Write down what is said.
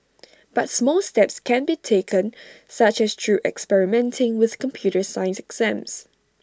but small steps can be taken such as through experimenting with computer science exams